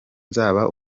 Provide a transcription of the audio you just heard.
nzaba